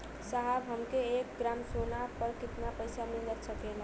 साहब हमके एक ग्रामसोना पर कितना पइसा मिल सकेला?